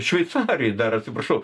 šveicarijoj dar atsiprašau